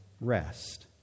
rest